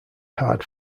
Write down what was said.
hard